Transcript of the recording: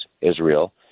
Israel